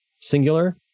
singular